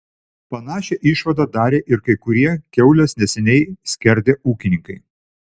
panašią išvadą darė ir kai kurie kiaules neseniai skerdę ūkininkai